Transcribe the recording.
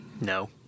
No